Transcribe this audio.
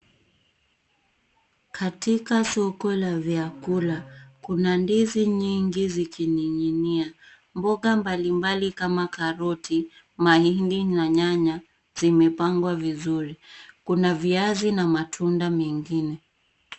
Katika soko la vyakula, kuna ndizi nyingi zikining'inia. Mboga mbalimbali kama karoti, mahindi na nyanya zimepangwa vizuri. Kuna viazi na matunda mengine.